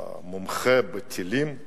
מומחה לטילים,